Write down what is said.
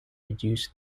reduce